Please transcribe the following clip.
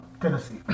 Tennessee